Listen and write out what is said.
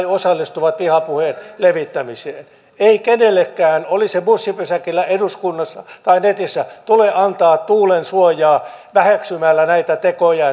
osallistuvat vihapuheen levittämiseen ei kenellekään oli se bussipysäkillä eduskunnassa tai netissä tule antaa tuulensuojaa väheksymällä näitä tekoja